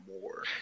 more